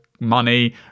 money